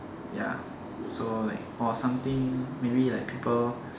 ya so like for something maybe like people